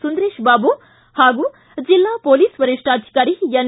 ಸುಂದರೇಶ ಬಾಬು ಹಾಗೂ ಜಿಲ್ಲಾ ಪೊಲೀಸ್ ವರಿಷ್ಠಾಧಿಕಾರಿ ಎನ್